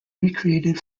recreated